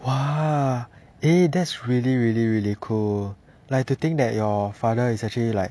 !wah! eh that's really really really cool like to think that your father is actually like